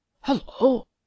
Hello